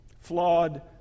flawed